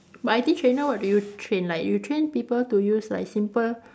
but I_T trainer what do you train like you train people to use like simple